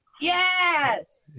Yes